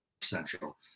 Central